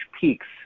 peaks